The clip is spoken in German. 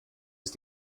ist